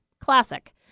Classic